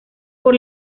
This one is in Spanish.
por